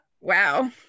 Wow